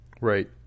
Right